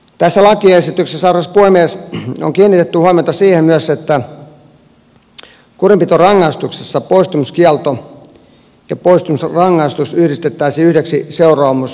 tässä lakiesityksessä arvoisa puhemies on kiinnitetty huomiota myös siihen että kurinpitorangaistuksissa poistumiskielto ja poistumisrangaistus yhdistettäisiin yhdeksi seuraamuslajiksi joka olisi poistumiskielto